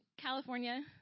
California